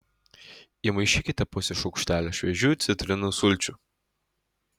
įmaišykite pusę šaukštelio šviežių citrinų sulčių